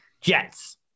Jets